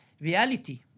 reality